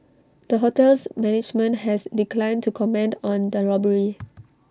the hotel's management has declined to comment on the robbery